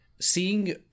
seeing